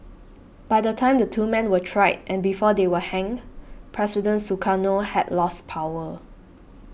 by the time the two men were tried and before they were hanged President Sukarno had lost power